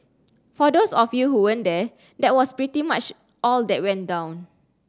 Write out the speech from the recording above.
for those of you who weren't there that was pretty much all that went down